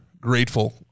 grateful